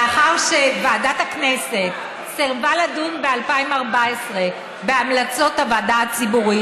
לאחר שוועדת הכנסת סירבה לדון ב-2014 בהמלצות הוועדה הציבורית,